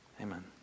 Amen